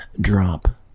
drop